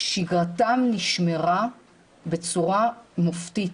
שגרתם נשמרה בצורה מופתית.